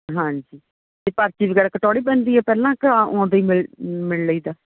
ਹਾਂਜੀ ਅਤੇ ਪਰਚੀ ਵਗੈਰਾ ਕਟਵਾਉਣੀ ਪੈਂਦੀ ਹੈ ਪਹਿਲਾਂ ਕਿ ਆ ਆਉਂਦੇ ਹੀ ਮਿਲ ਮਿਲ ਲਈਦਾ